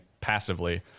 passively